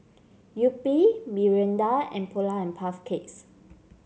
Yupi Mirinda and Polar and Puff Cakes